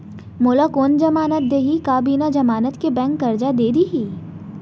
मोला कोन जमानत देहि का बिना जमानत के बैंक करजा दे दिही?